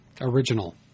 original